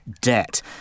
debt